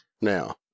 Now